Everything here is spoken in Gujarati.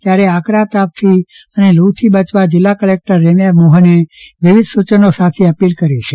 ત્યારે આકરા તાપથી અને લુ થી બચવા જીલ્લા કલેકટર શ્રી રેમ્યા મોહને વિવિધ સૂચનો સાથે અપીલ કરી છે